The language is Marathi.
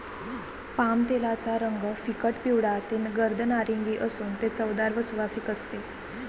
पामतेलाचा रंग फिकट पिवळा ते गर्द नारिंगी असून ते चवदार व सुवासिक असते